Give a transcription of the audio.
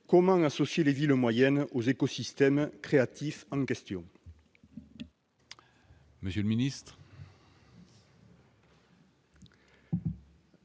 Comment associer les villes moyennes aux écosystèmes créatifs en question ?